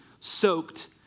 soaked